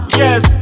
yes